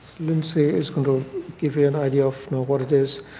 lyndsay is going to give you an idea of what it is.